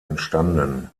entstanden